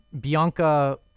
Bianca